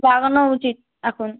লাগানো উচিত এখন